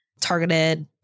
targeted